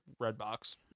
Redbox